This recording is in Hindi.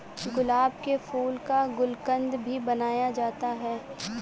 गुलाब के फूल का गुलकंद भी बनाया जाता है